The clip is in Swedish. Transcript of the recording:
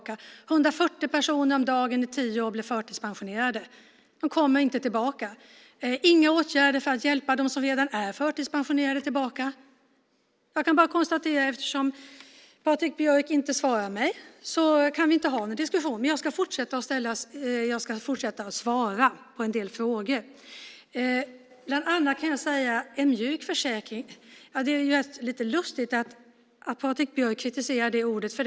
140 personer om dagen i tio år blev förtidspensionerade och kommer inte tillbaka. Det är inga åtgärder för att hjälpa dem som redan är förtidspensionerade tillbaka. Jag kan bara konstatera att vi eftersom Patrik Björck inte svarar mig inte kan ha en diskussion. Men jag ska fortsätta med att svara på en del frågor. Bland annat kan jag nämna om den mjuka försäkringen. Det är lite lustigt att Patrik Björck kritiserar ordet "mjuk".